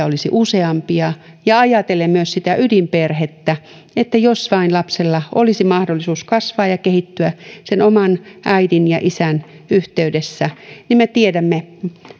olisi useampia ajattelen myös ydinperhettä jos vain lapsella on mahdollisuus kasvaa ja kehittyä sen oman äidin ja isän yhteydessä me tiedämme